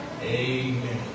Amen